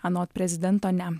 anot prezidento ne